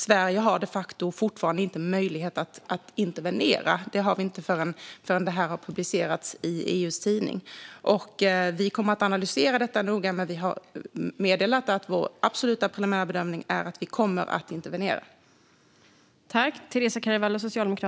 Sverige har de facto fortfarande inte möjlighet att intervenera; det har vi inte förrän detta har publicerats i EU:s tidning. Vi kommer att analysera detta noga, men vi har meddelat att vår preliminära bedömning absolut är att vi kommer att intervenera.